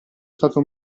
stato